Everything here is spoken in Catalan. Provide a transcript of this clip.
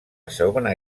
segona